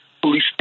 police